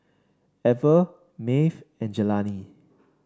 Ever Maeve and Jelani